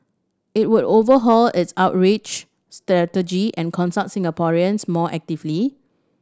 it would overhaul its outreach strategy and consult Singaporeans more actively